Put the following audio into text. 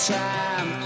time